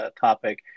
topic